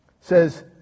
says